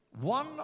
One